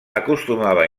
acostumava